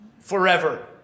Forever